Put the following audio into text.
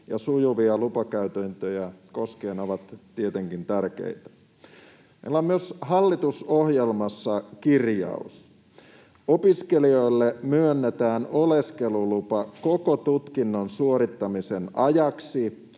sujuvia lupakäytäntöjä koskien ovat tietenkin tärkeitä. Meillä on myös hallitusohjelmassa kirjaus: ”Opiskelijoille myönnetään oleskelulupa koko tutkinnon suorittamisen ajaksi,